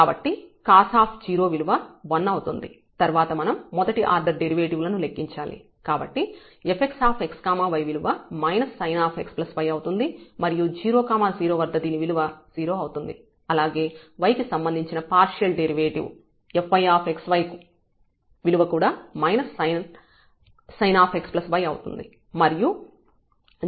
కాబట్టి cos విలువ 1 అవుతుంది తర్వాత మనం మొదటి ఆర్డర్ డెరివేటివ్ లను లెక్కించాలి కాబట్టి fxx yవిలువ sinx y అవుతుంది మరియు 0 0 వద్ద దీని విలువ 0 అవుతుంది అలాగే y కి సంబంధించిన పార్షియల్ డెరివేటివ్ fyx y విలువ కూడా sinx y అవుతుంది మరియు 0 0 వద్ద దీని విలువ 0 అవుతుంది